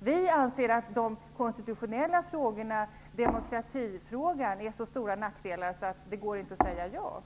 Vi anser att de konstitutionella frågorna, demokratifrågan, har så stora nackdelar att det inte går att säga ja.